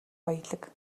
баялаг